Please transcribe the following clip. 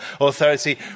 authority